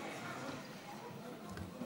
הצעת חוק הפיקוח על שירותים פיננסיים